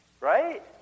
Right